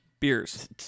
beers